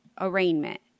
arraignment